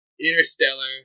interstellar